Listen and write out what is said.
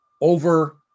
over